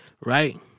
Right